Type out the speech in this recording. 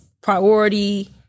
priority